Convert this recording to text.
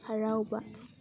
ꯍꯔꯥꯎꯕ